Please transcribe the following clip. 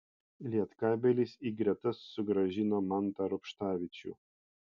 lietkabelis į gretas sugrąžino mantą rubštavičių